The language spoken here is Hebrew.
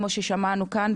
כמו ששמענו כאן,